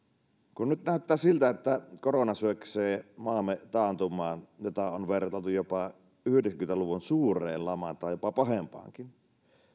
kun nyt näyttää siltä että korona syöksee maamme taantumaan jota on vertailtu jopa yhdeksänkymmentä luvun suureen lamaan tai jopa pahempaankin niin